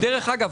דרך אגב,